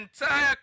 entire